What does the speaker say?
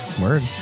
Word